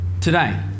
today